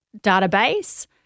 database